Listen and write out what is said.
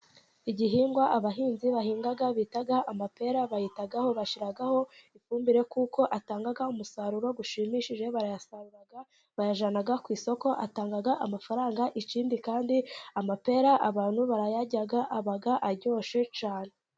Igihingwa abahinzi bahinga bita amapera bayihitaho, bashyiraho ifumbire kuko atanga umusaruro ushimishije. Barayasarura bakayajyanaga ku isoko atanga amafaranga. Ikindi kandi amapera abantu barayarya aba aryoshye cyane.